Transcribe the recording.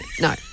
no